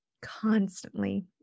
constantly